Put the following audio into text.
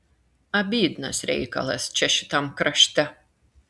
abydnas reikalas čia šitam krašte